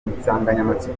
insanganyamatsiko